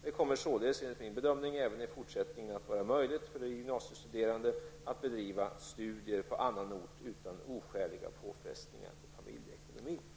Det kommer således, enligt min bedömning, även i fortsättningen att vara möjligt för de gymnasiestuderande att bedriva studier på annan ort utan oskäliga påfrestningar på familjeekonomin.